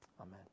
amen